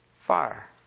fire